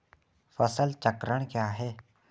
फसल चक्रण क्या है?